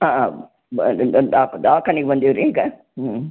ಹಾಂ ಹಾಂ ದವಾಖಾನೆಗೆ ಬಂದೀವಿ ರೀ ಈಗ ಹ್ಞೂ